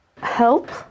help